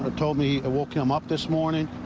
ah told me that will come up this morning.